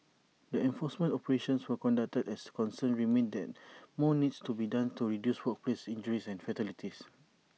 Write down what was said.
the enforcement operations were conducted as concerns remain that more needs to be done to reduce workplace injuries and fatalities